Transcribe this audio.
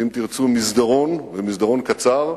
אם תרצו, מסדרון, ומסדרון קצר,